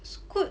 Scoot